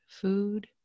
food